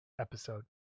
episode